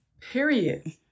Period